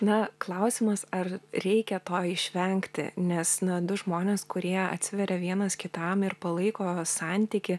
na klausimas ar reikia to išvengti nes na du žmonės kurie atsiveria vienas kitam ir palaiko santykį